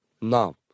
No